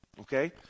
Okay